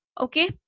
Okay